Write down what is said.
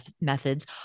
methods